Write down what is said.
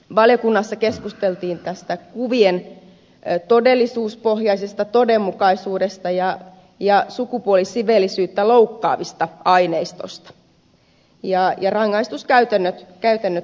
valiokunnassa keskusteltiin tästä kuvien todellisuuspohjaisesta todenmukaisuudesta ja sukupuolisiveellisyyttä loukkaavasta aineistosta ja rangaistuskäytäntöjen tulee olla sen mukaisia